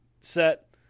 set